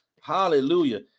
Hallelujah